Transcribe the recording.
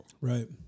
Right